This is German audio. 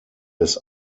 des